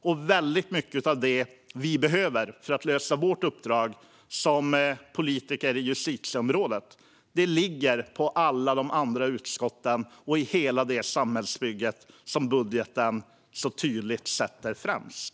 Men väldigt mycket av det vi behöver för att klara vårt uppdrag som politiker på justitieområdet ligger på alla de andra utskotten och i hela det samhällsbygge som budgeten så tydligt sätter främst.